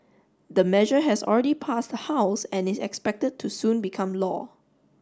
the measure has already passed the house and is expected to soon become law